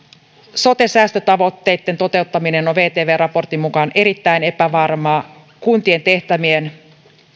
sote säästötavoitteitten toteuttaminen on vtvn raportin mukaan erittäin epävarmaa kuntien tehtävien